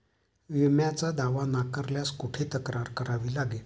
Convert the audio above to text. विम्याचा दावा नाकारल्यास कुठे तक्रार करावी लागेल?